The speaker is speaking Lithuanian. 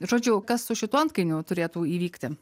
žodžiu kas su šitu antkainiu turėtų įvykti